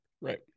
Right